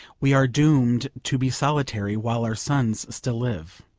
we are doomed to be solitary, while our sons still live.